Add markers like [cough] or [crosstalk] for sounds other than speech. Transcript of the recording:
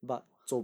[noise]